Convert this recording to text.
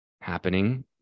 happening